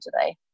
today